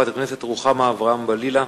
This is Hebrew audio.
חברת הכנסת רוחמה אברהם-בלילא,